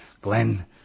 Glenn